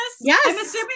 Yes